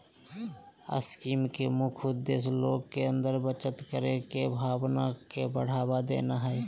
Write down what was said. scheme के मुख्य उद्देश्य लोग के अंदर बचत करे के भावना के बढ़ावा देना हइ